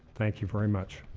thank you very much.